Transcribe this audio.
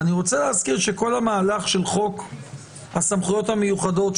אני רוצה להזכיר שכל המהלך של חוק הסמכויות המיוחדות,